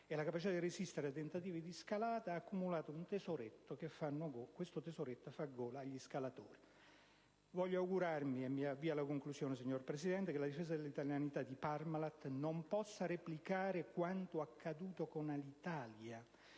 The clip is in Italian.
e la capacità di resistere ai tentativi di scalata, ha accumulato un tesoretto che fa gola agli scalatori. Voglio augurarmi che la difesa dell'italianità di Parmalat non possa replicare quanto accaduto con Alitalia,